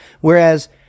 whereas